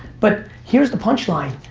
but here's the punch line,